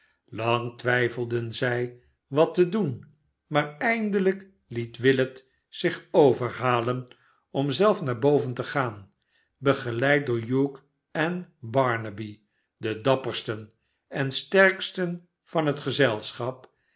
lang twijfelden zij wat te aoen maar eindelijk liet willet zich overhalen om zelf naar boven te gaan begeleid door hugh en barnaby de dappersten en sterkinn van het gezelschap